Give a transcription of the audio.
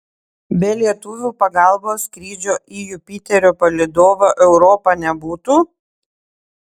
be lietuvių pagalbos skrydžio į jupiterio palydovą europą nebūtų